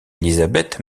élisabeth